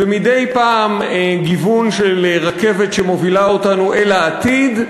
ומדי פעם גיוון של רכבת שמובילה אותנו אל העתיד.